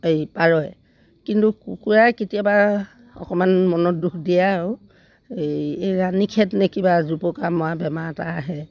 এই পাৰয়ে কিন্তু কুকুৰাই কেতিয়াবা অকণমান মনত দুখ দিয়ে আৰু এই এই ৰাণীখেত নে কিবা জোপকা মৰা বেমাৰ এটা আহে